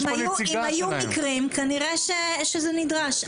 אם היו מקרים אז כנראה זה נדרש.